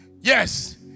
Yes